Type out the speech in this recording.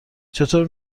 چطور